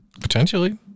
Potentially